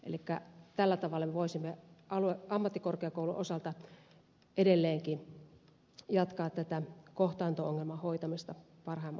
elikkä tällä tavalla voisimme ammattikorkeakoulun osalta edelleenkin jatkaa kohtaanto ongelman hoitamista parhaimmalla tavalla